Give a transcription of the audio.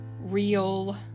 real